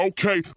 Okay